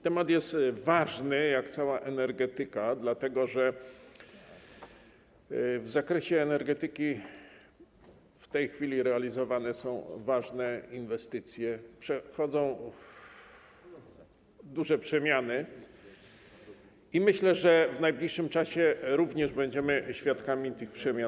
Temat jest ważny, jak cała energetyka, dlatego że w zakresie energetyki w tej chwili realizowane są ważne inwestycje, zachodzą duże przemiany i myślę, że w najbliższym czasie również będziemy świadkami tych przemian.